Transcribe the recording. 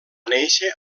néixer